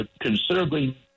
considerably